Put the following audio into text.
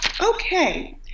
Okay